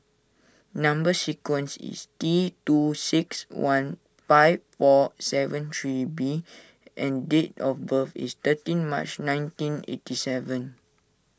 Number Sequence is T two six one five four seven three B and date of birth is thirteen March nineteen eighty seven